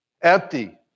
empty